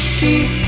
keep